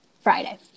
Friday